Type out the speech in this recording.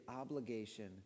obligation